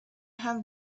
have